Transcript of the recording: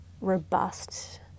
robust